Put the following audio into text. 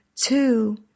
Two